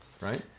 right